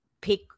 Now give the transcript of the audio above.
pick